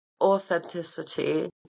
authenticity